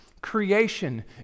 Creation